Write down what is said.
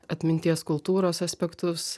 atminties kultūros aspektus